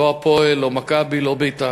לא "הפועל", לא "מכבי", לא "בית"ר"